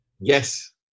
Yes